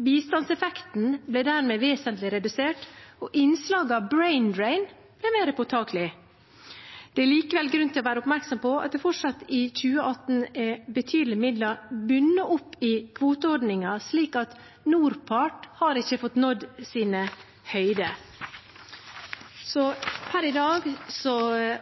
Bistandseffekten ble dermed vesentlig redusert, og innslaget av «brain drain» ble mer påtakelig. Det er likevel grunn til å være oppmerksom på at det fortsatt i 2018 er betydelige midler bundet opp i kvoteordninger, slik at NORPART har ikke fått nådd sine høyder. Per i dag